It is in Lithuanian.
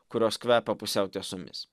kurios kvepia pusiau tiesomis